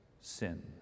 sin